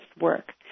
work